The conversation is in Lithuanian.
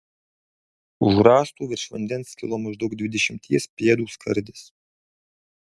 už rąstų virš vandens kilo maždaug dvidešimties pėdų skardis